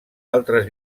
altres